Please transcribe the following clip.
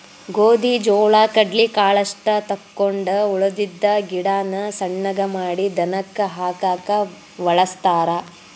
ಗೋದಿ ಜೋಳಾ ಕಡ್ಲಿ ಕಾಳಷ್ಟ ತಕ್ಕೊಂಡ ಉಳದಿದ್ದ ಗಿಡಾನ ಸಣ್ಣಗೆ ಮಾಡಿ ದನಕ್ಕ ಹಾಕಾಕ ವಳಸ್ತಾರ